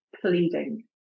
pleading